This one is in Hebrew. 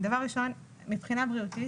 דבר ראשון, מבחינה בריאותית